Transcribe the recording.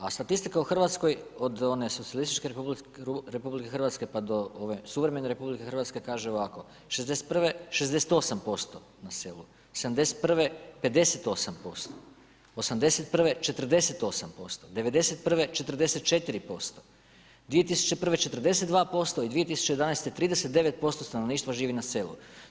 A statistike u Hrvatskoj od one socijalističke RH pa do ove suverene RH kaže ovako. '61. 68% na selu, '71. 58%, '81. 48%, '91. 44%, 2001. 42% i 2011. 39% stanovništva živi na selu.